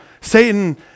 Satan